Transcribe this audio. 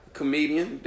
comedian